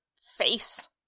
face